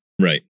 right